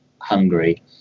Hungary